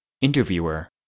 Interviewer